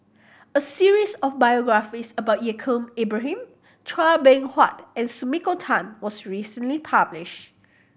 a series of biographies about Yaacob Ibrahim Chua Beng Huat and Sumiko Tan was recently published